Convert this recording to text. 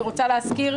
אני רוצה להזכיר,